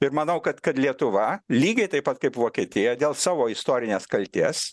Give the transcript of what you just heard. ir manau kad kad lietuva lygiai taip pat kaip vokietija dėl savo istorinės kaltės